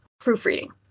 proofreading